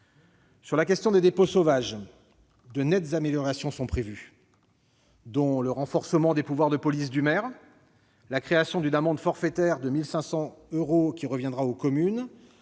qui concerne les dépôts sauvages, de nettes améliorations sont prévues, notamment le renforcement des pouvoirs de police du maire, la création d'une amende forfaitaire de 1 500 euros dont le produit reviendra aux communes,